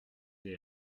des